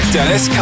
Dennis